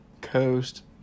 coast